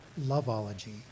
loveology